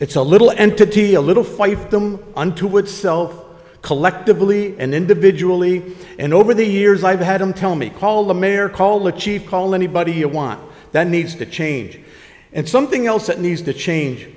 it's a little entity a little fight them unto itself collectively and individually and over the years i've had them tell me call the mayor call the chief call anybody you want that needs to change and something else that needs to change